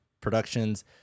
Productions